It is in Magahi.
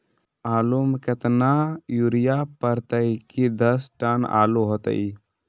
आलु म केतना यूरिया परतई की दस टन आलु होतई?